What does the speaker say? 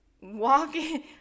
walking